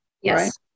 Yes